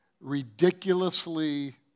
ridiculously